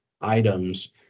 items